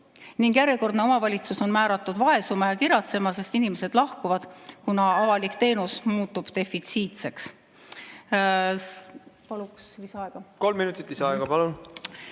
ning järjekordne omavalitsus on määratud vaesuma, kiratsema, sest inimesed lahkuvad, kuna avalik teenus muutub defitsiitseks. Palun lisaaega. Kolm minutit lisaaega. Palun!